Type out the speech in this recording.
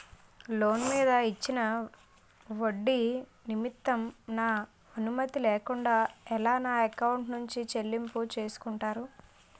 Loan మీద ఇచ్చిన ఒడ్డి నిమిత్తం నా అనుమతి లేకుండా ఎలా నా ఎకౌంట్ నుంచి చెల్లింపు చేసుకుంటారు?